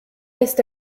está